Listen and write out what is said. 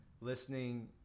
listening